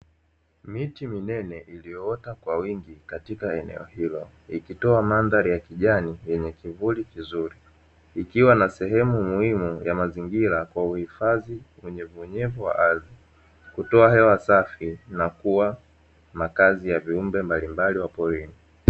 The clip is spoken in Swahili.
Miti minene iliyoota kwa wingi katika eneo hilo, ikitoa mandhari ya kijani yenye kivuli kizuri, ikiwa na sehemu muhimu ya mazingira kwa uhifadhi wa unyevunyevu wa ardhi, kutoa hewa safi na kuwa makazi ya viumbe mbalimbali wa porini.